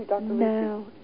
No